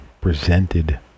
presented